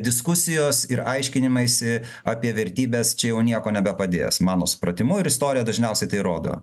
diskusijos ir aiškinimaisi apie vertybes čia jau nieko nebepadės mano supratimu ir istorija dažniausiai tai rodo